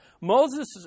moses